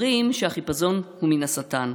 אומרים שהחיפזון הוא מן השטן,